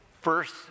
First